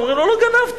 אומר להם: לא גנבתי.